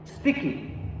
sticky